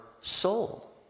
soul